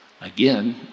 again